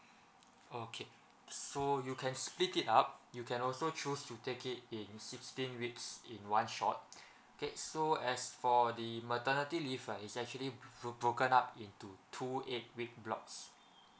okay so you can split it up you can also choose to take it in sixteen weeks in one shot K so as for the maternity leave right it's actually broken up into two eight week blocks